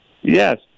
yes